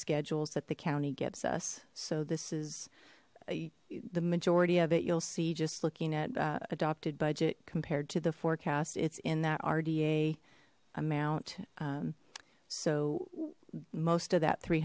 schedules that the county gives us so this is the majority of it you'll see just looking at adopted budget compared to the forecast it's in that rda amount so most of that three